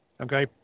Okay